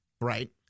right